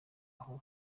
aho